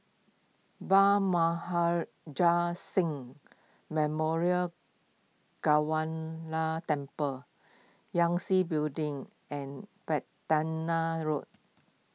Maharaj Singh Memorial Temple Yangtze Building and Road